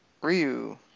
Ryu